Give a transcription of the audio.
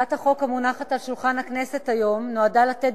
הצעת החוק המונחת על שולחן הכנסת היום נועדה לתת